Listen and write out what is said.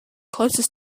closest